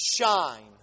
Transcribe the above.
shine